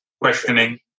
questioning